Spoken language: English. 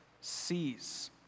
sees